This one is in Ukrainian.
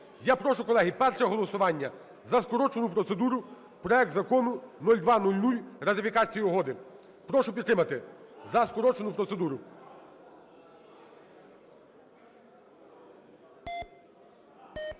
Я прошу, колеги, перше голосування за скорочену процедуру проект Закону 0200, ратифікація угоди. Прошу підтримати за скорочену процедуру.